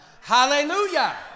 Hallelujah